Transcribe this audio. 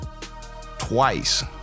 twice